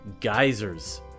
Geysers